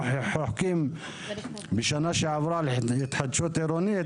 חוקים בשנה שעברה להתחדשות עירונית,